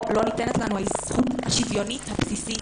לא ניתנת לנו זכות שוויונית ובסיסית,